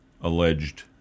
alleged